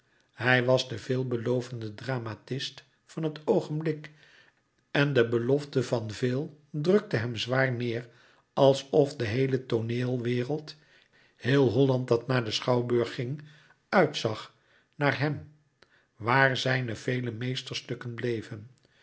hij was de veelbelovende dramatist van het oogenblik en de belofte van veel drukte hem zwaar neêr alsof de heele tooneelwereld heel holland dat naar den schouwburg ging uitzag naar hem waar zijne vele meesterstukken bleven